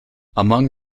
among